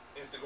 Instagram